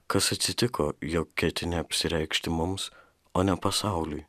kas atsitiko jog ketini apsireikšti mums o ne pasauliui